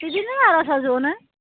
बिदिनो आरजआव जनो